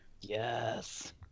Yes